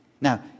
Now